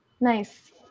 Nice